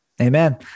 Amen